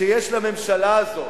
שיש לממשלה הזאת